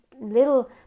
little